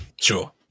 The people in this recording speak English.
Sure